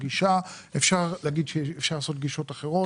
אפשר להגיד שאפשר לעשות גישות אחרות,